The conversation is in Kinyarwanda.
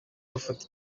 bafata